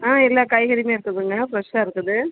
ஆ எல்லா காய்கறியுமே இருக்குதுங்க ஃப்ரெஷ்ஷாக இருக்குது